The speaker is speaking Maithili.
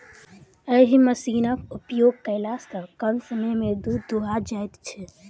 एहि मशीनक उपयोग कयला सॅ कम समय मे दूध दूहा जाइत छै